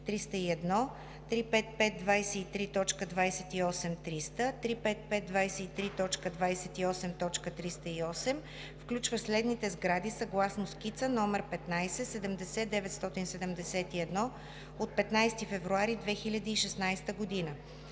35523.28.300, 35523.28.308, включващ следните сгради съгласно скица № 15-70971 от 15 февруари 2016 г.: а)